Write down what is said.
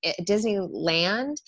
Disneyland